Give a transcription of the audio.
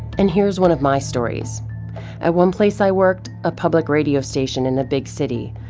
and here's one of my stories at one place i worked, a public radio station in a big city,